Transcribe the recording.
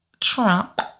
Trump